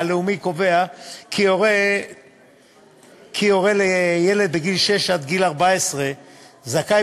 כי הורה לילד בגיל שש עד גיל 14 זכאי